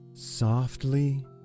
Softly